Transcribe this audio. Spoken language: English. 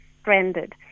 stranded